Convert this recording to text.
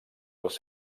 els